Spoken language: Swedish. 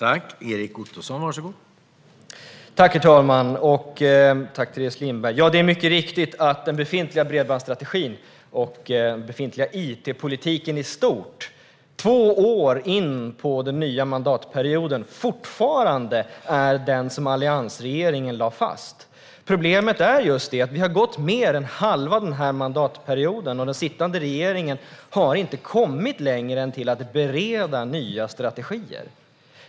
Herr talman! Det är mycket riktigt att den befintliga bredbandsstrategin och den befintliga it-politiken i stort - två år in på den nya mandatperioden - fortfarande är den som alliansregeringen lade fast. Problemet är att det har gått mer än halva mandatperioden, och den sittande regeringen har inte kommit längre än till att bereda nya strategier.